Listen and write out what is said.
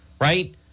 right